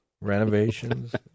renovations